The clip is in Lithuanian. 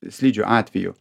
slidžių atveju